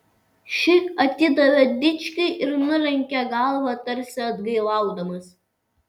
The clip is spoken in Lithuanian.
šį atidavė dičkiui ir nulenkė galvą tarsi atgailaudamas